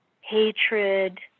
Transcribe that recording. hatred